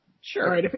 sure